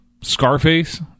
Scarface